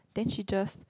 then she just